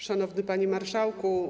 Szanowny Panie Marszałku!